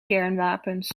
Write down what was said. kernwapens